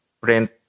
print